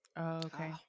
okay